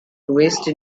wasted